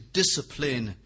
discipline